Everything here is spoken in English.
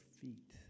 feet